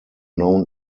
known